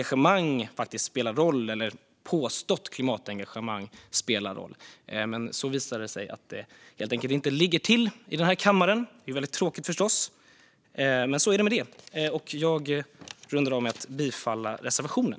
Jag trodde att ett påstått klimatengagemang spelade roll, men det visade sig vara fel här i denna kammare. Det är förstås väldigt tråkigt. Men så ligger det till. Jag rundar av med att yrka bifall till reservationen.